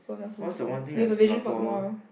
what's the one thing that Singapore